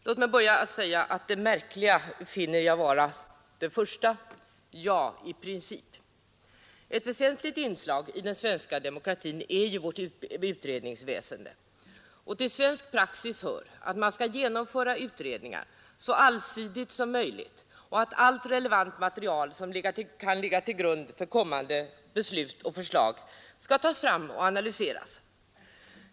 Låt mig börja med att säga att det märkliga finner jag vara det första beskedet: ”I princip, ja.” Ett väsentligt inslag i den svenska demokratin är ju vårt utredningsväsende, och till svensk praxis hör att man skall genomföra utredningar så allsidigt som möjligt och att allt relevant material som kan ligga till grund för kommande förslag och beslut skall tas fram och analyseras.